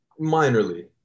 Minorly